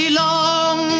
long